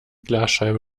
glasscheibe